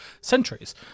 centuries